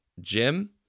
jim